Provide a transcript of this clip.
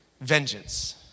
Vengeance